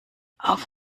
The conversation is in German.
auf